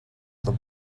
the